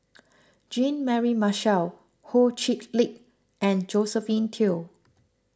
Jean Mary Marshall Ho Chee Lick and Josephine Teo